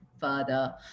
further